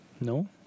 no